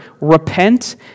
Repent